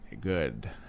good